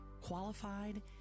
qualified